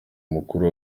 mukuru